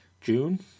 June